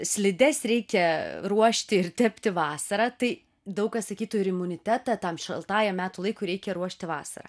slides reikia ruošti ir tepti vasarą tai daug kas sakytų ir imunitetą tam šaltajam metų laikui reikia ruošti vasarą